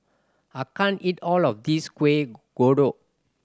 I can't eat all of this Kueh Kodok